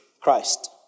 Christ